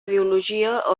ideologia